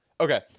Okay